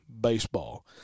baseball